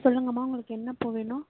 சொல்லுங்கள்ம்மா உங்களுக்கு என்ன பூ வேணும்